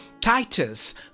Titus